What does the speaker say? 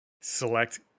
select